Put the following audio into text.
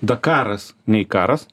dakaras nei karas